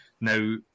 Now